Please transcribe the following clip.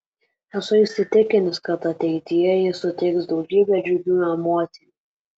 esu įsitikinęs kad ateityje ji suteiks daugybę džiugių emocijų